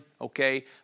okay